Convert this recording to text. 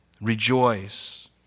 Rejoice